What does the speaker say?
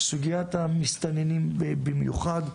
סוגיית המסתננים במיוחד,